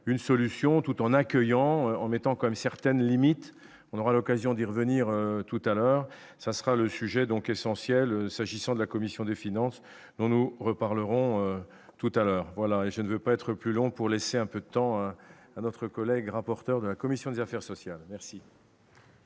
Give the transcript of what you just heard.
une solution tout en accueillant en mettant comme certaines limites, on aura l'occasion d'y revenir tout à l'heure, ça sera le sujet donc essentiel, s'agissant de la commission des finances, dont nous reparlerons tout à l'heure, voilà et je ne veux pas être plus long pour laisser un peu de temps à notre collègue rapporteur de la commission des affaires sociales, merci.